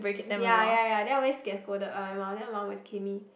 ya ya ya then I always get scolded one my mum then my mum always cane me